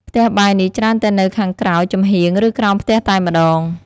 ផ្ទះបាយនេះច្រើនតែនៅខាងក្រោយ ចំហៀង ឬក្រោមផ្ទះតែម្ដង។